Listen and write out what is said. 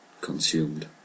consumed